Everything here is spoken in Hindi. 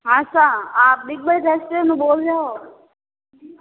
हाँ सर आप बिग बाजार से बोल रहे हो